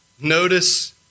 Notice